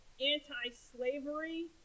anti-slavery